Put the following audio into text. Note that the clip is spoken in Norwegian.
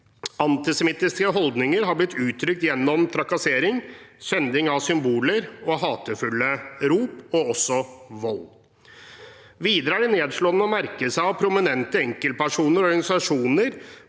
Antisemittiske holdninger har blitt uttrykt gjennom trakassering, skjending av symboler, hatefulle rop og også vold. Videre er det nedslående å merke seg at prominente enkeltpersoner og organisasjoner